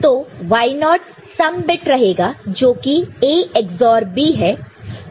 तो Y0 sum bit रहेगा जोकि A XOR B है